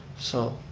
so,